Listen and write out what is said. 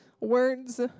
words